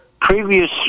previous